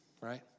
Right